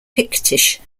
pictish